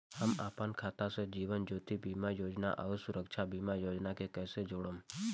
हम अपना खाता से जीवन ज्योति बीमा योजना आउर सुरक्षा बीमा योजना के कैसे जोड़म?